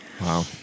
Wow